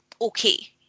okay